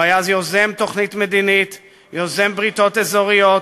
הוא היה יוזם תוכנית מדינית, יוזם בריתות אזוריות,